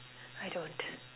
I don't